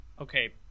okay